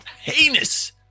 heinous